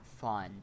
fun